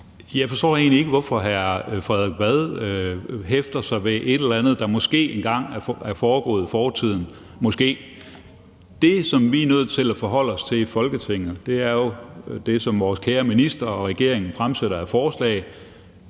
Jeg forstår egentlig ikke, hvorfor hr. Frederik Vad hæfter sig ved et eller andet, der måske en gang er foregået i fortiden. Det, som vi er nødt til at forholde os til i Folketinget, er jo det, som vores kære minister og regeringen fremsætter af forslag.